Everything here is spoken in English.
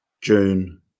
june